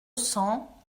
cents